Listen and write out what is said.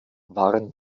waren